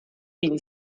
been